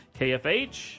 KFH